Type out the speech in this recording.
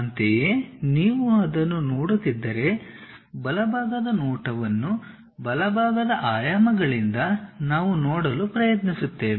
ಅಂತೆಯೇ ನೀವು ಅದನ್ನು ನೋಡುತ್ತಿದ್ದರೆ ಬಲಭಾಗದ ನೋಟವನ್ನು ಬಲಭಾಗದ ಆಯಾಮಗಳಿಂದ ನಾವು ನೋಡಲು ಪ್ರಯತ್ನಿಸುತ್ತೇವೆ